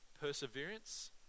perseverance